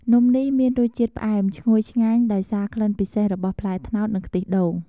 នំនេះមានរសជាតិផ្អែម ឈ្ងុយឆ្ងាញ់ដោយសារក្លិនពិសេសរបស់ផ្លែត្នោត និងខ្ទិះដូង។